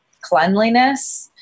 cleanliness